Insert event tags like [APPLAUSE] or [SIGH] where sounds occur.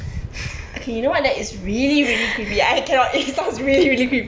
[LAUGHS]